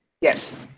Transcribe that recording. Yes